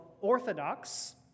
Orthodox